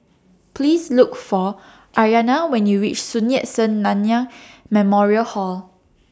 Please Look For Aryana when YOU REACH Sun Yat Sen Nanyang Memorial Hall